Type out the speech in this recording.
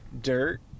dirt